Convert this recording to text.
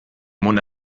mona